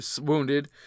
wounded